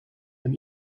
een